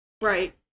right